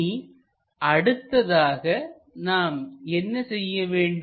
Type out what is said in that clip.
இனி அடுத்ததாக நாம் என்ன செய்ய வேண்டும்